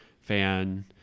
fan